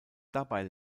dabei